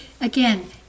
again